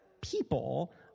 people